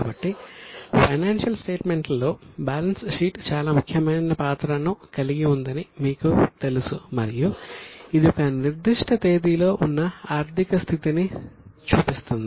కాబట్టి ఫైనాన్షియల్ స్టేట్మెంట్లలో balance sheet చాలా ముఖ్యమైన పాత్రను కలిగి ఉందని మీకు తెలుసు మరియు ఇది ఒక నిర్దిష్ట తేదీలో ఉన్న ఆర్థిక స్థితిని చూపిస్తుంది